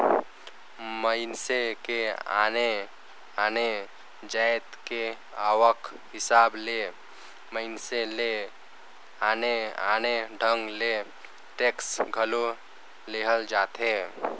मइनसे के आने आने जाएत के आवक हिसाब ले मइनसे ले आने आने ढंग ले टेक्स घलो लेहल जाथे